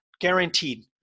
guaranteed